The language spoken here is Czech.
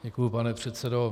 Děkuji, pane předsedo.